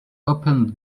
opened